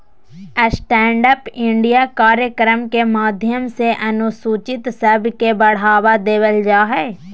stand up India कार्यक्रम के माध्यम से अनुसूचित सब के बढ़ावा देवल जा हय